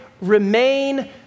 remain